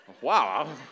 Wow